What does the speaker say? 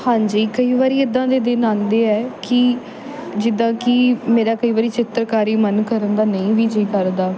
ਹਾਂਜੀ ਕਈ ਵਾਰ ਇੱਦਾਂ ਦੇ ਦਿਨ ਆਉਂਦੇ ਹੈ ਕਿ ਜਿੱਦਾਂ ਕਿ ਮੇਰਾ ਕਈ ਵਾਰ ਚਿੱਤਰਕਾਰੀ ਮਨ ਕਰਨ ਦਾ ਨਹੀਂ ਵੀ ਜੀਅ ਕਰਦਾ